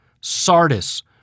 Sardis